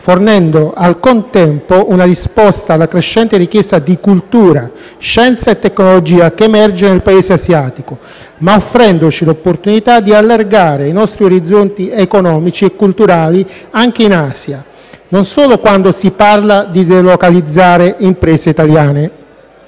fornendo al contempo una risposta alla crescente richiesta di cultura, scienza e tecnologia che emerge nel Paese asiatico, ma offrendoci l'opportunità di allargare i nostri orizzonti economici e culturali anche in Asia, non solo quando si parla di delocalizzare imprese italiane.